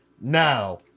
Now